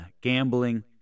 gambling